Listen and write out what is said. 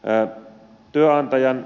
öä työantajan